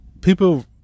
people